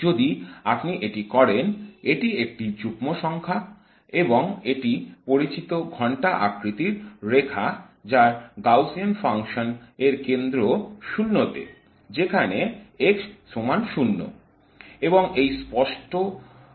যদি আপনি এটি করেন এটি একটি যুগ্ম ফাংশন এবং এটি পরিচিত ঘন্টা আকৃতির রেখা যার গাউসীয়ান ফাংশন এর কেন্দ্র 0 তে - যেখানে x সমান 0